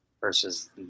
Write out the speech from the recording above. Versus